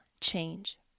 change